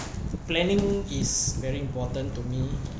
planning is very important to me